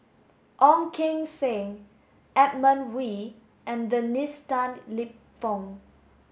Ong Keng Sen Edmund Wee and Dennis Tan Lip Fong